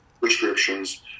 prescriptions